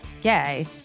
gay